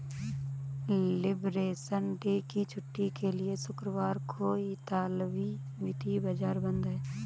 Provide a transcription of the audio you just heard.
liberation day की छुट्टी के लिए शुक्रवार को इतालवी वित्तीय बाजार बंद हैं